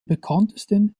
bekanntesten